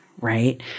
right